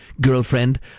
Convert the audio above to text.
girlfriend